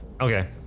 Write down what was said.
Okay